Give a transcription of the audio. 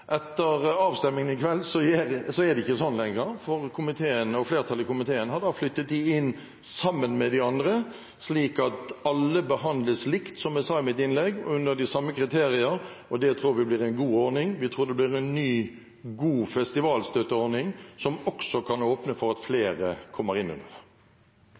Etter avstemningen i kveld er det ikke sånn lenger, for flertallet i komiteen har flyttet dem inn sammen med de andre, slik at alle behandles likt, som jeg sa i mitt innlegg, etter de samme kriterier. Det tror vi blir en god ordning. Vi tror det blir en ny, god festivalstøtteordning, som det også kan åpnes for at flere kommer inn under.